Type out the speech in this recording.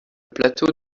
plateau